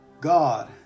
God